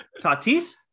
Tatis